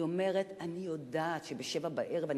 היא אומרת: אני יודעת שב-19:00 אני